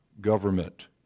government